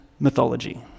mythology